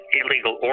illegal